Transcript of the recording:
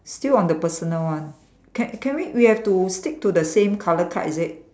still on the personal one can can we we have to stick to the same colour card is it